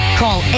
call